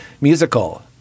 musical